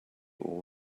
all